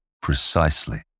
precisely